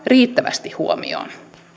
riittävästi huomioon